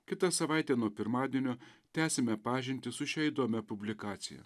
kitą savaitę nuo pirmadienio tęsiame pažintį su šia įdomia publikacija